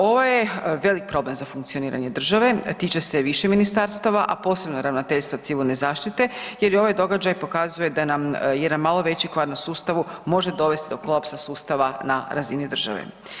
Ovo je velik problem za funkcioniranje države, tiče se više ministarstava, a posebno ravnateljstva civilne zaštite jer i ovaj događaj pokazuje da nam jedan malo veći kvar na sustavu može dovest do kolapsa sustava na razini države.